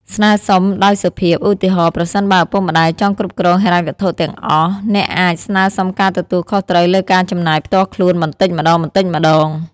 ស្នើសុំដោយសុភាព ឧទាហរណ៍ ប្រសិនបើឪពុកម្ដាយចង់គ្រប់គ្រងហិរញ្ញវត្ថុទាំងអស់ អ្នកអាច ស្នើរសុំការទទួលខុសត្រូវលើការចំណាយផ្ទាល់ខ្លួនបន្តិចម្តងៗ។